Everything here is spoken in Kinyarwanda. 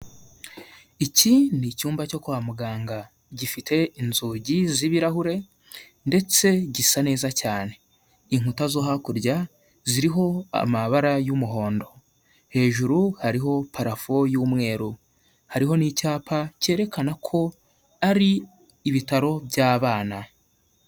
Iki n'icyumba cyo kwa muganga, gifite inzugi z'ibirahure ndetse gisa neza cyane, inkuta zo hakurya ziriho amabara y'umuhondo, hejuru hariho parafo y'umweru, hariho n'icyapa cyerekana ko ari ibitaro by'abana.